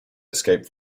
escaped